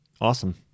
Awesome